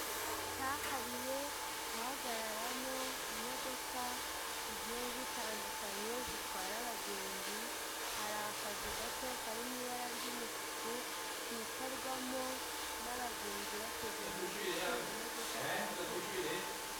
Icyanya cyahariwe guhagararamo imodoka zigiye zitandukanye zitwara abagenzi, hari akazu gato karimo ibara ry'umutuku kicarwamo n'abagenzi bategereje ko imodoka zihaguruka.